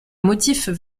motifs